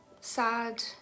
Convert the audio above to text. sad